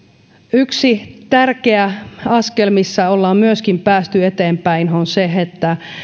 yksi tärkeä askel missä ollaan myöskin päästy eteenpäin on se että